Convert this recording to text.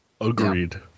Agreed